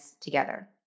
together